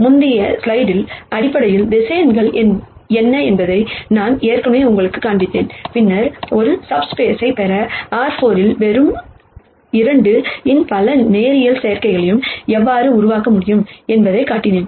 முந்தைய ஸ்லைடில் அடிப்படை வெக்டர்ஸ் என்ன என்பதை நான் ஏற்கனவே உங்களுக்குக் காண்பித்தேன் பின்னர் ஒரு சப்ஸ்பேஸ்ஐ பெற R4 இல் வெறும் 2 இன் பல லீனியர் காம்பினேஷன் எவ்வாறு உருவாக்க முடியும் என்பதைக் காட்டினேன்